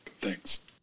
Thanks